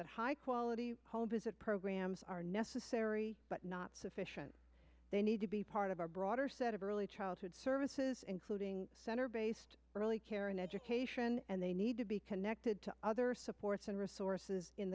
that high quality hall visit programs are necessary but not sufficient they need to be part of a broader set of early childhood services including center based early care and education and they need to be connected to other supports and resources in